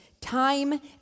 Time